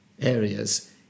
areas